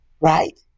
right